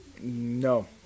No